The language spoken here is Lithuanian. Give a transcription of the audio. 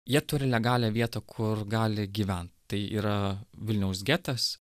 jie turi legalią vietą kur gali gyvent tai yra vilniaus getas